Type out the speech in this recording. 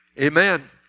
Amen